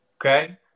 Okay